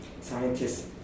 Scientists